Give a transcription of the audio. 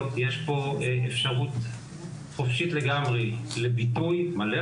יש פה אפשרות חופשית לגמרי לביטוי מלא,